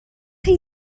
chi